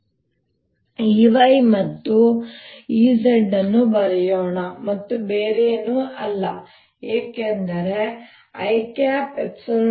ಆದ್ದರಿಂದ ನಾವು ಈ Ey ಮತ್ತು Ez ಅನ್ನು ಬರೆಯೋಣ ಮತ್ತು ಬೇರೇನೂ ಇಲ್ಲ ಏಕೆಂದರೆ i